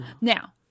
Now